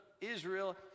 Israel